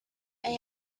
may